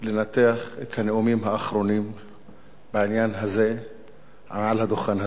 לנתח את הנאומים האחרונים בעניין הזה מעל הדוכן הזה,